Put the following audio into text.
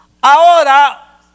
Ahora